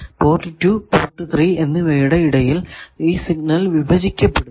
port 2 port 3 എന്നിവയുടെ ഇടയിൽ ഈ സിഗ്നൽ വിഭജിക്കപ്പെടുന്നു